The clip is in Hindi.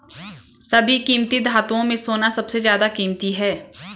सभी कीमती धातुओं में सोना सबसे ज्यादा कीमती है